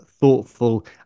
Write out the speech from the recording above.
thoughtful